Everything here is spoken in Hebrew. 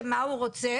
שמה הוא רוצה?